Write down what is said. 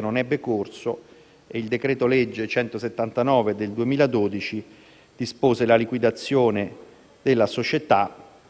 non ebbe corso e il decreto-legge 18 ottobre 2012, n. 179 dispose la liquidazione della società,